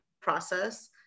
process